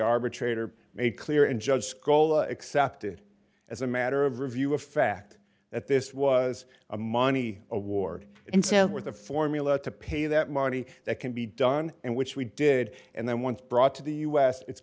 arbitrator made clear and judge scola accepted as a matter of review of fact that this was a money award and so what the formula to pay that money that can be done and which we did and then once brought to the us it's